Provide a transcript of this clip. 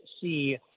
see